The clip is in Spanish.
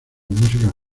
músicas